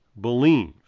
believe